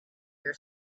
your